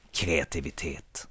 kreativitet